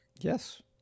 Yes